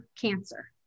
cancer